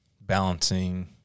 balancing